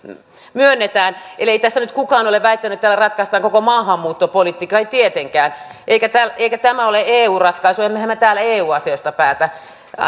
myönnetään eli ei tässä nyt kukaan ole väittänyt että tällä ratkaistaan koko maahanmuuttopolitiikka ei tietenkään eikä tämä ole eu ratkaisu emmehän me täällä eu asioista päätä